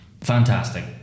fantastic